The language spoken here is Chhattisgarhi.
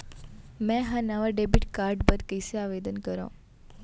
मै हा नवा डेबिट कार्ड बर कईसे आवेदन करव?